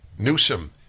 Newsom